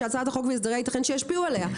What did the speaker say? שהצעת החוק והסדריה יתכן שישפיעו עליה".